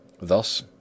Thus